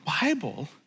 Bible